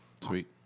sweet